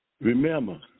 Remember